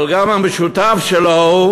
אבל גם המשותף שלו הוא